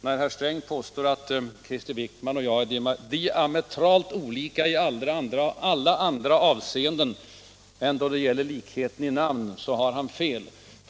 När herr Sträng påstår att Krister Wickman och jag är diametralt olika i alla andra avseenden än när det gäller namnet, har han också fel.